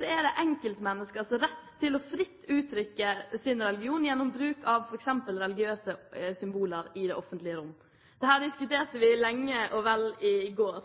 er det enkeltmenneskers rett fritt å uttrykke sin religion gjennom bruk av f.eks. religiøse symboler i det offentlige rom. Dette diskuterte vi lenge og vel i går.